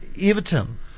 Everton